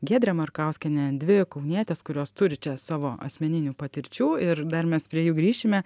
giedrę markauskienę dvi kaunietes kurios turi čia savo asmeninių patirčių ir dar mes prie jų grįšime